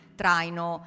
traino